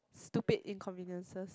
stupid inconveniences